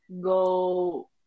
go